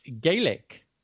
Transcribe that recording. Gaelic